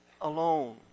alone